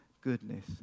goodness